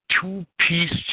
two-piece